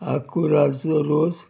आखूराजचो रोस